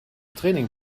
training